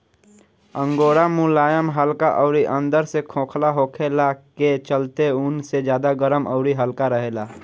angora मुलायम हल्का अउरी अंदर से खोखला होखला के चलते ऊन से ज्यादा गरम अउरी हल्का रहेला